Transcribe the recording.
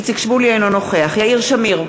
אינו נוכח יאיר שמיר,